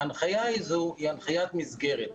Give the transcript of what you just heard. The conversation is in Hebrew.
ההנחיה היא הנחיית מסגרת,